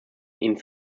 ihnen